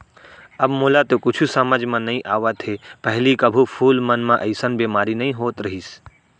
अब मोला तो कुछु समझ म नइ आवत हे, पहिली कभू फूल मन म अइसन बेमारी नइ होत रहिस